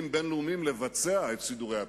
בין-לאומיים לבצע את סידורי הפירוז,